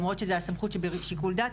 למרות שזו הייתה סמכות שבשיקול דעת.